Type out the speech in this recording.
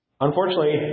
Unfortunately